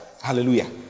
Hallelujah